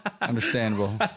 Understandable